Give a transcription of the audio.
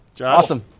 Awesome